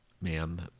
ma'am